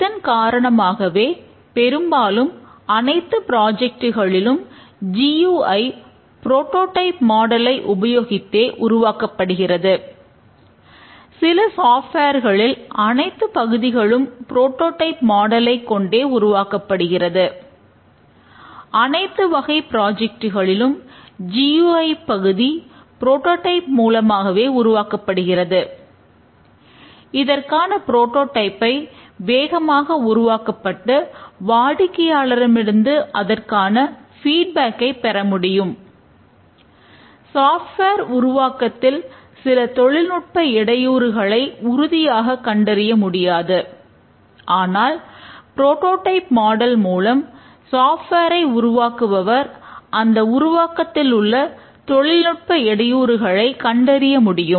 இதன் காரணமாகவே பெரும்பாலும் அனைத்து ப்ராஜெக்ட்களிலும்ஐ உருவாக்குபவர் அந்த உருவாக்கத்தில் உள்ள தொழில்நுட்ப இடையூறுகளை கண்டறிய முடியும்